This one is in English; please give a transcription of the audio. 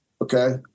Okay